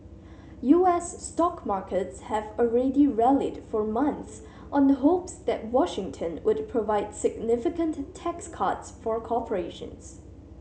U S stock markets have already rallied for months on hopes that Washington would provide significant tax cuts for corporations